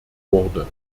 wurde